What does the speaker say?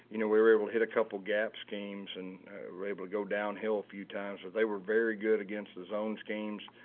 you know we were able to hit a couple gaps games and we're able to go downhill a few times, but they were very good against the zone schemes.